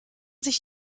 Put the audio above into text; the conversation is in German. sich